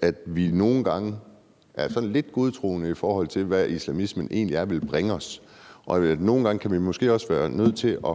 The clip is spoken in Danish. at vi nogle gange er sådan lidt godtroende, i forhold til hvad islamismen egentlig vil bringe os, og at vi nogle gange måske også kan være nødt til at